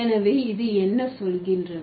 எனவே இது என்ன சொல்கின்றது